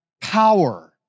power